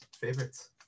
favorites